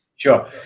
sure